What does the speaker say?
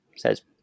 says